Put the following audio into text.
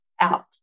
out